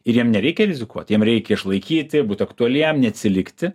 ir jiem nereikia rizikuot jiem reikia išlaikyti būti aktualiem neatsilikti